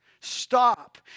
stop